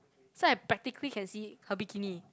so I practically can see her bikini